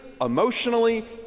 emotionally